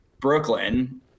Brooklyn